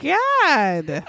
god